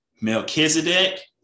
Melchizedek